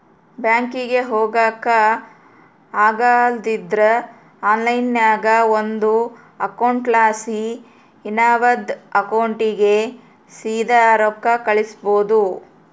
ಬ್ಯಾಂಕಿಗೆ ಹೊಗಾಕ ಆಗಲಿಲ್ದ್ರ ಆನ್ಲೈನ್ನಾಗ ಒಂದು ಅಕೌಂಟ್ಲಾಸಿ ಇನವಂದ್ ಅಕೌಂಟಿಗೆ ಸೀದಾ ರೊಕ್ಕ ಕಳಿಸ್ಬೋದು